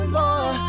more